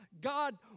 God